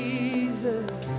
Jesus